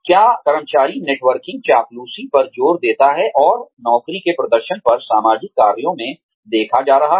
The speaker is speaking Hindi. क्या कर्मचारी नेटवर्किंग चापलूसी पर जोर देता है और नौकरी के प्रदर्शन पर सामाजिक कार्यों में देखा जा रहा है